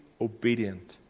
obedient